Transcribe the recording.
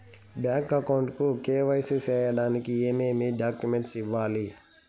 Bank account కు KYC సేయడానికి ఏమేమి డాక్యుమెంట్ ఇవ్వాలి?